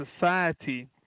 society